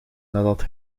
nadat